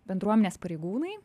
bendruomenės pareigūnai